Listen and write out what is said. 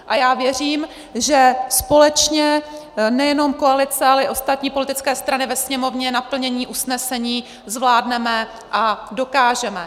A já věřím, že společně, nejenom koalice, ale i ostatní politické strany ve Sněmovně, naplnění usnesení zvládneme a dokážeme.